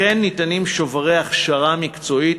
כמו כן ניתנים שוברי הכשרה מקצועית